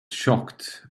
shocked